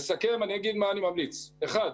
לסיכום אומר מה אני ממליץ: ראשית,